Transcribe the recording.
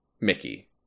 mickey